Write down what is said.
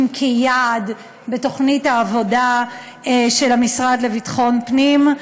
כיעד בתוכנית העבודה של המשרד לביטחון פנים.